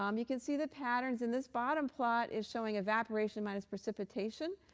um you can see the patterns. and this bottom plot is showing evaporation minus precipitation.